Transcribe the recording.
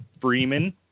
Freeman